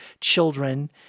children